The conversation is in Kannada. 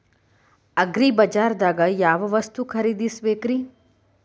ಅಗ್ರಿಬಜಾರ್ದಾಗ್ ಯಾವ ವಸ್ತು ಖರೇದಿಸಬೇಕ್ರಿ?